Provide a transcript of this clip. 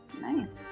Nice